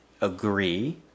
agree